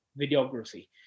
videography